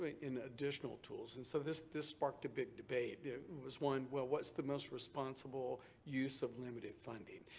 in additional tools? and so this this sparked a big debate. it was one, well, what's the most responsible use of limited funding?